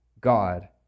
God